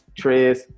Trez